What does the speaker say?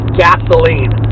gasoline